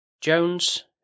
Jones